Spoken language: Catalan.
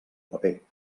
paper